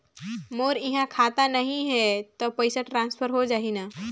मोर इहां खाता नहीं है तो पइसा ट्रांसफर हो जाही न?